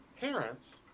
parents